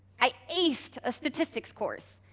i aced a statistics course,